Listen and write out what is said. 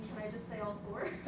just say all four